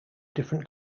different